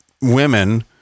women